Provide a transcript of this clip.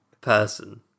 person